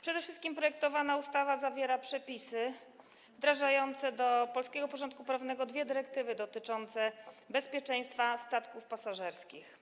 Przede wszystkim projektowana ustawa zawiera przepisy wdrażające do polskiego porządku prawnego dwie dyrektywy dotyczące bezpieczeństwa statków pasażerskich.